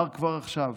אומר כבר עכשיו: